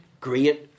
great